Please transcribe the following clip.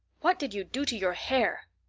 what did you do to your hair?